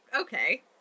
okay